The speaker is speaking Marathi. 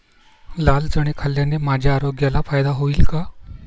लाल चणे खाल्ल्याने माझ्या आरोग्याला फायदा होईल का?